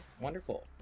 wonderful